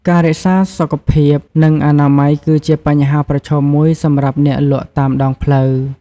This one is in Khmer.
ការរក្សាសុខភាព និងអនាម័យគឺជាបញ្ហាប្រឈមមួយសម្រាប់អ្នកលក់តាមដងផ្លូវ។